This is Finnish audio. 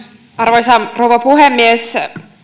arvoisa rouva puhemies